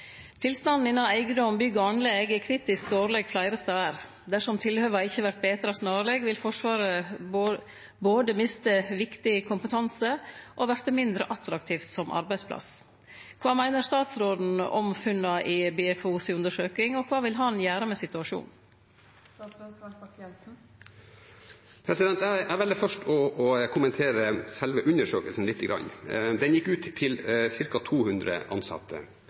Tilstanden innan eigedom, bygg og anlegg er kritisk dårleg fleire stader. Dersom tilhøva ikkje vert betra snarleg vil Forsvaret både miste viktig kompetanse og verte mindre attraktivt som arbeidsplass. Kva meiner statsråden om funna frå BFO si undersøking, og kva vil han gjere med situasjonen?» Jeg velger først å kommentere selve undersøkelsen litt. Den gikk ut til ca. 200 ansatte